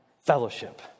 fellowship